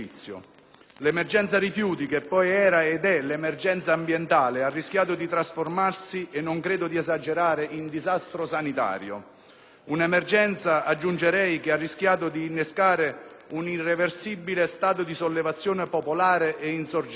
L'emergenza rifiuti, che poi era ed è l'emergenza ambientale, ha rischiato di trasformarsi - e non credo di esagerare - in disastro sanitario. Un'emergenza, aggiungerei, che ha rischiato di innescare un irreversibile stato di sollevazione popolare ed insorgenza.